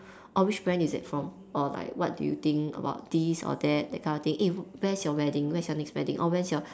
or which brand is it from or like what do you think about this or that that kind of thing eh where's your wedding where's your next wedding or where's your